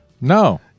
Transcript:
No